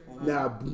Now